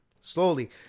slowly